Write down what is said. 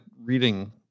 reading